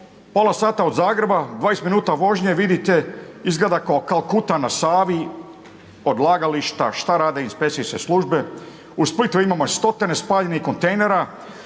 pola sata od Zagreba, 20 minuta vožnje vidite izgleda kao kuta na Savi, odlagališta, šta rade inspekcijske službe, u Splitu imamo stotine spaljenih kontejnera,